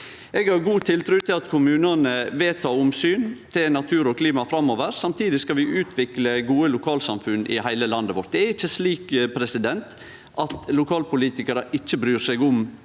Eg har god tiltru til at kommunane vil ta omsyn til natur og klima framover. Samtidig skal vi utvikle gode lokalsamfunn i heile landet vårt. Det er ikkje slik at lokalpolitikarar ikkje bryr seg om